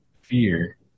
fear